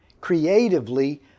creatively